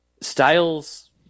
Styles